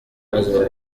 maze